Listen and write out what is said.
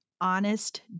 honest